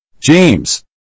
James